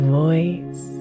voice